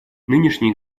нынешний